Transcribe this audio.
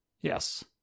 Yes